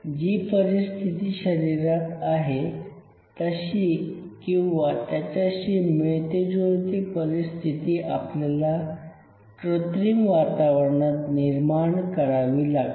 जी परिस्थिती शरीरात आहे तशी किंवा त्याच्याशी मिळती जुळती परिस्थिती आपल्याला कृत्रिम वातावरणात निर्माण करावी लागते